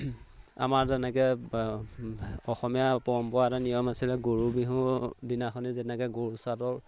আমাৰ যেনেকে অসমীয়া পৰম্পৰাত এটা নিয়ম আছিলে গৰু বিহুৰ দিনাখনি যেনেকে গৰু ছাদৰ